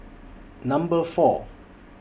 Number four